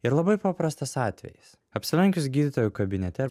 ir labai paprastas atvejis apsilankius gydytojo kabinete